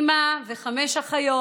אימא וחמש אחיות,